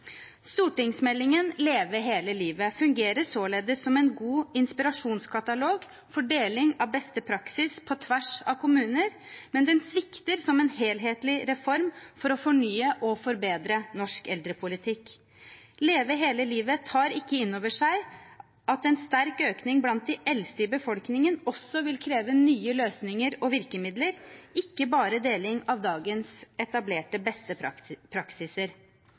Stortingsmeldingen Leve hele livet fungerer således som en god inspirasjonskatalog for deling av beste praksis på tvers av kommuner, men den svikter som en helhetlig reform for å fornye og forbedre norsk eldrepolitikk. Leve hele livet tar ikke inn over seg at en sterk økning blant de eldste i befolkningen også vil kreve nye løsninger og virkemidler, ikke bare deling av dagens etablerte beste praksiser.